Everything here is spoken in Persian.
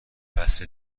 بسه